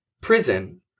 prison